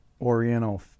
Oriental